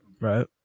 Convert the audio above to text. Right